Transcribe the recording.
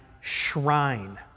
shrine